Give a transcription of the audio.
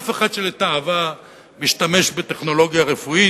אף אחד שלתאווה משתמש בטכנולוגיה רפואית,